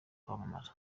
kwamamara